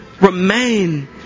remain